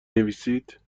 نویسید